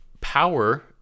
power